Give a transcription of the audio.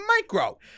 micro